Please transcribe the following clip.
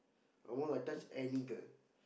almost I touch any girl